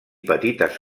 petites